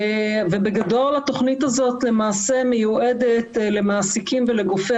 ובגדול התכנית הזאת למעשה מיועדת למעסיקים ולגופי